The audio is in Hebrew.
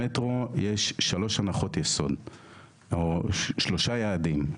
למטרו יש שלוש הנחות יסוד או שלושה יעדים,